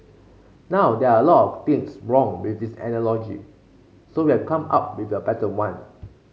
now there are a lot of things wrong with this analogy so we've come up with a better one